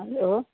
hello